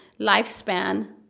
lifespan